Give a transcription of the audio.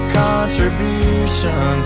contribution